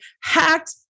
hacked